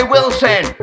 Wilson